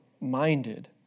minded